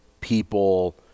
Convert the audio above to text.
people